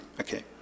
Okay